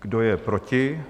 Kdo je proti?